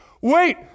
Wait